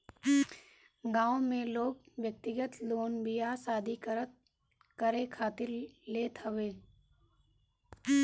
गांव में लोग व्यक्तिगत लोन बियाह शादी करे खातिर लेत हवे